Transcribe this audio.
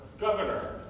governor